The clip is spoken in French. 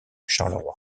charleroi